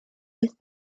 with